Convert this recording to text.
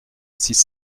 six